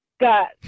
got